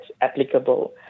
applicable